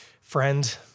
Friend